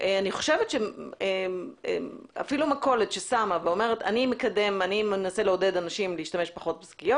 אני חושבת שאפילו מכולת שאומרת אני מנסה לעודד אנשים להשתמש פחות בשקיות